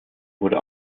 wurde